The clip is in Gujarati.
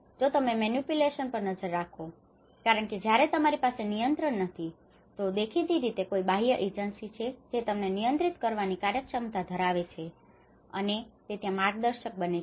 જો તમે મેનીપ્યુલેશન પર નજર નાખો કારણ કે જ્યારે તમારી પાસે નિયંત્રણ નથી તો દેખીતી રીતે કોઈ બાહ્ય એજન્સી છે જે તમને નિયંત્રિત કરવાની કાર્યક્ષમતા ધરાવે છે અને તે ત્યાં માર્ગદર્શક બને છે